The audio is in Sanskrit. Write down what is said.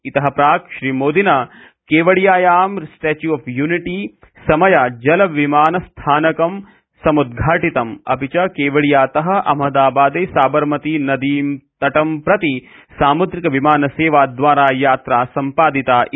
इतः प्राक् श्रीमोदिना कोवडियायां स्टेच्यू ऑफ यूनिटी समया जलविमानस्थानकं समुद्घाटितम् अपि च केवडियातः अहमदाबादे साबरमती नदीं तटं प्रति सामुद्रिक विमान सेवा द्वारा यात्रा सम्पादिता इति